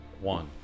one